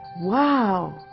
wow